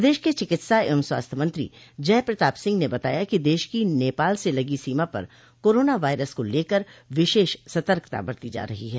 प्रदेश के चिकित्सा एवं स्वास्थ्य मंत्री जय प्रताप सिंह ने बताया कि दश की नेपाल से लगी सीमा पर कोरोना वायरस को लेकर विशेष सतर्कता बरती जा रही है